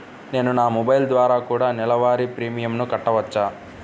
నేను నా మొబైల్ ద్వారా కూడ నెల వారి ప్రీమియంను కట్టావచ్చా?